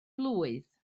blwydd